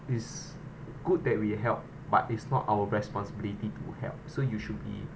is good that we help but it's not our responsibility to help so you should be